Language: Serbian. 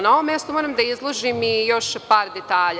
Na ovom mestu moram da izložim i još par detalja.